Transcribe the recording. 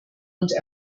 und